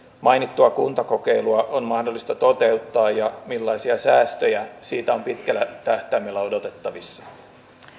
mainittua kuntakokeilua on mahdollista toteuttaa ja millaisia säästöjä siitä on pitkällä tähtäimellä odotettavissa